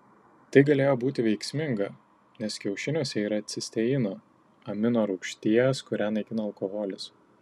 tai galėjo būti veiksminga nes kiaušiniuose yra cisteino amino rūgšties kurią naikina alkoholis